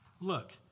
look